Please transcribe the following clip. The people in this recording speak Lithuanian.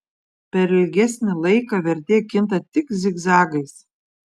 per ilgesnį laiką vertė kinta tik zigzagais